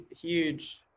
huge